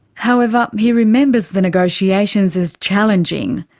however, he remembers the negotiations as challenging,